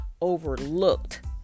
overlooked